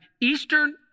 Eastern